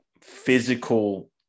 physical